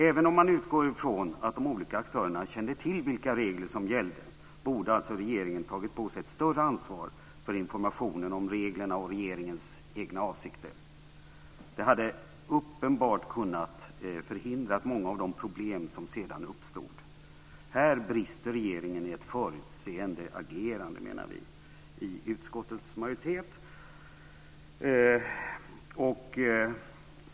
Även om man utgår ifrån att de olika aktörerna kände till vad som gällde borde regeringen ha tagit på sig ett större ansvar för informationen om regeringens egna avsikter. Det är uppenbart att det hade kunnat förhindra många av de problem som sedan uppstod. Här brister regeringen i förutseende i sitt agerande, menar vi i utskottets majoritet.